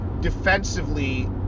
defensively